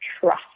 trust